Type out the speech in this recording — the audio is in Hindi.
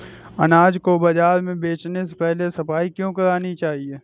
अनाज को बाजार में बेचने से पहले सफाई क्यो करानी चाहिए?